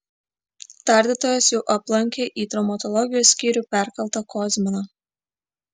tardytojas jau aplankė į traumatologijos skyrių perkeltą kozminą